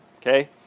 okay